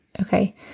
Okay